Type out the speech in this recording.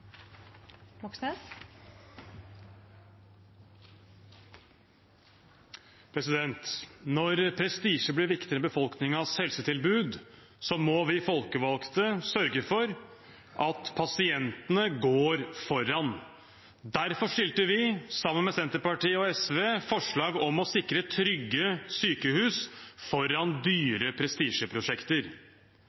Når prestisje blir viktigere enn befolkningens helsetilbud, må vi folkevalgte sørge for at pasientene går foran. Derfor fremmet vi, sammen med Senterpartiet og SV, forslag om å sikre trygge sykehus foran dyre prestisjeprosjekter.